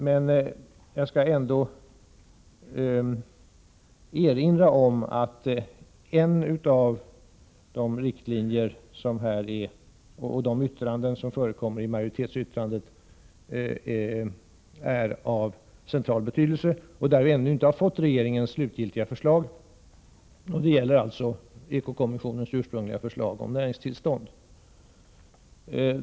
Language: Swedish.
Men jag skall erinra om att en av de riktlinjer som förekommer i majoritetsyttrandet är av central betydelse. I detta avseende har vi ännu inte fått regeringens slutgiltiga förslag — det gäller alltså eko-kommissionens ursprungliga förslag om näringstillstånd.